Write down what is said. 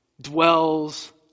dwells